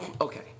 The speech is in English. okay